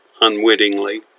unwittingly